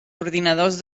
ordinadors